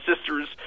sisters